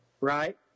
right